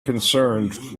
concerned